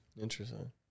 interesting